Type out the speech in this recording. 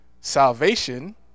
Salvation